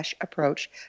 approach